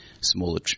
smaller